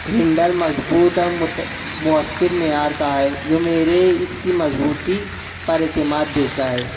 handle مضبوط اور مت مؤثر معیار کا ہے جو میرے اس کی مضبوطی پر اعتماد دیتا ہے